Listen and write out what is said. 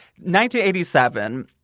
1987